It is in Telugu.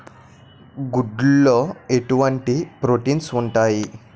గుడ్లు లో ఎటువంటి ప్రోటీన్స్ ఉంటాయి?